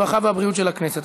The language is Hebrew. הרווחה והבריאות של הכנסת.